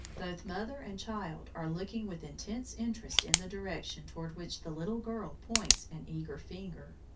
both mother and child are looking with intense interest in the direction toward which the little girl points an eager finger.